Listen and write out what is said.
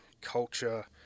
culture